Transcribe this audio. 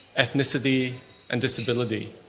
ethnicity and disability.